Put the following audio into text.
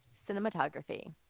cinematography